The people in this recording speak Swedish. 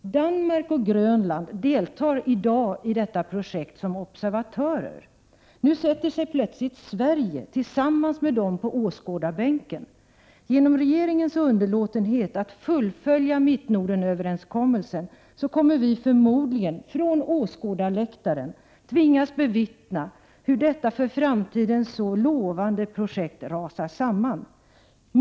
Danmark och Grönland deltar i dag i detta projekt som observatörer. Och nu sätter sig plötsligt Sverige hos dem på åskådarbänken. Genom regeringens underlåtenhet att fullfölja Mittnordenöverenskommelsen kommer vi förmodligen att från åskådarläktaren tvingas bevittna hur detta för framtiden så lovande projekt rasar samman.